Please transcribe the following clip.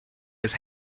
his